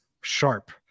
sharp